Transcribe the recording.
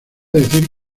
decir